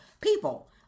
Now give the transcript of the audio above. people